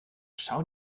schau